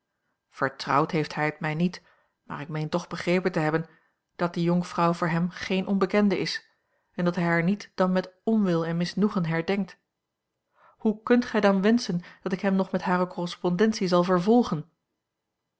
vertrouwd heeft hij het mij niet maar ik meen toch begrepen te hebben dat die jonkvrouw voor hem geene a l g bosboom-toussaint langs een omweg onbekende is en dat hij haar niet dan met onwil en misnoegen herdenkt hoe kunt gij dan wenschen dat ik hem nog met hare correspondentie zal vervolgen